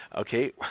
Okay